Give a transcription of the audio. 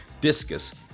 discus